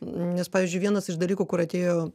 nes pavyzdžiui vienas iš dalykų kur atėjo